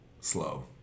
slow